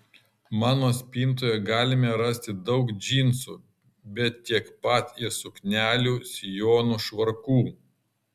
mano spintoje galime rasti daug džinsų bet tiek pat ir suknelių sijonų švarkų